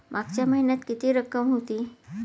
मागच्या महिन्यात किती रक्कम होती?